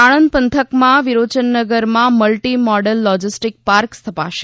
સાણંદ પંથકમાં વિરોચનનગરમાં multi model logistic park સ્થપાશે